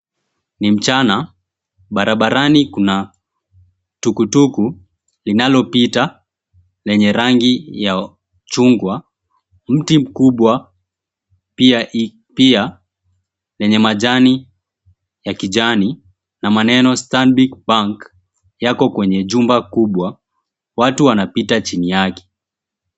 Ni mchana. Barabarani kuna tukutuku linalopita lenye rangi ya chungwa. Mti mkubwa pia yenye majani ya kijani na maneno, Stanbic Bank yako kwenye jumba kubwa. Watu wanapita chini yake.